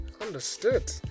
Understood